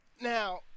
Now